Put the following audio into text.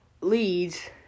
leads